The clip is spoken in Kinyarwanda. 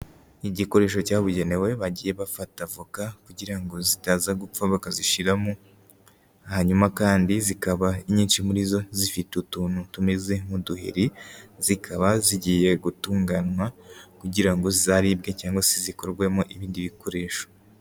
Igikoresho cyabugenewe bagiye bafata voka kugira ngo zitaza gupfa bakazishyiramo, hanyuma kandi zikaba inyinshi muri zo zifite utuntu tumeze nk'uduheri, zikaba zigiye gutunganywa kugira ngo zazaribwe cyangwa se zikorwemo ibindi bikoresho.